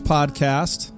Podcast